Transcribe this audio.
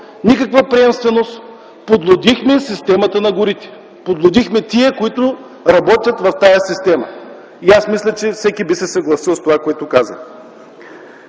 Никаква приемственост! Подлудихме системата на горите, подлудихме тези, които работят в тази система! Аз мисля, че всеки би се съгласил с това, което казвам.